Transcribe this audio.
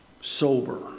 sober